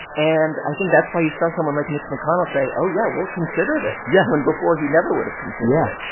and i think that's why you saw someone like mitch mcconnell say, oh, yeah. we'll consider this. yeah. when before, he never would've considered it yeah.